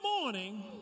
morning